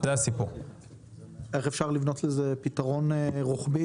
איך אפשר לבנות לזה פתרון רוחבי?